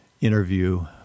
interview